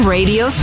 Radio